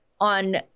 on